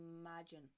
imagine